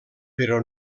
però